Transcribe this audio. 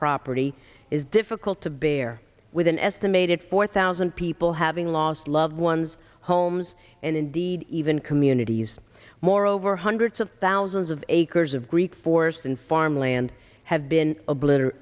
property is difficult to bear with an estimated four thousand people having lost loved ones homes and indeed even communities moreover hundreds of thousands of acres of greek force and farmland have been obliterate